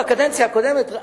בקדנציה הקודמת,